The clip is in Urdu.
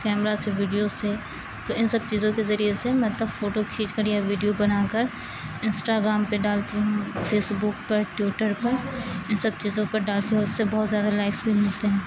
کیمرا سے ویڈیو سے تو ان سب چیزوں کے ذریعے سے مطلب فوٹو کھینچ کر یا ویڈیو بنا کر انسٹا گرام پہ ڈالتی ہوں فیس بک پر ٹویٹر پر ان سب چیزوں پر ڈالتی ہوں اس سے بہت زیادہ لائکس بھی ملتے ہیں